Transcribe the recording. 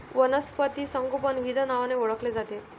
वनस्पती संगोपन विविध नावांनी ओळखले जाते